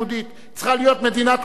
צריכה להיות מדינת כל אזרחיה,